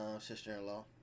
sister-in-law